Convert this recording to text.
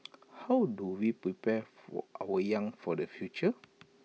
how do we prepare for our young for the future